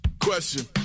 Question